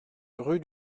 rue